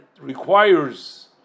requires